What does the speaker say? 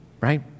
Right